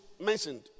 mentioned